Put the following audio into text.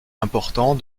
important